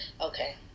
Okay